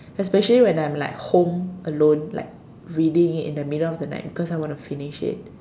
especially when I'm like home alone like reading it in the middle of the night because I want to finish it